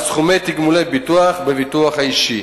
על סכומי תגמולי ביטוח בביטוח אישי,